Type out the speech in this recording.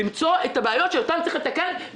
למצוא את הבעיות שאותן צריך לתקן,